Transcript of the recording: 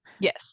Yes